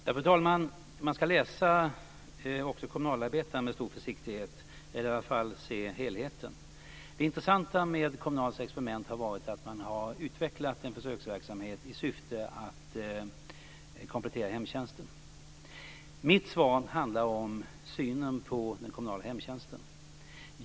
Fru talman! Man ska läsa också Kommunalarbetaren med stor försiktighet eller i alla fall se helheten. Det intressanta med Kommunals experiment har varit att man har utvecklat en försöksverksamhet i syfte att komplettera hemtjänsten. Mitt svar handlar om synen på den kommunala hemtjänsten.